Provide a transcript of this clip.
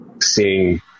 seeing